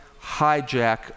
hijack